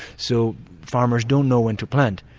so farmers don't know when to plant.